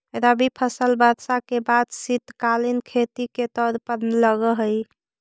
रबी फसल वर्षा के बाद शीतकालीन खेती के तौर पर लगऽ हइ